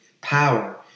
power